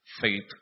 faith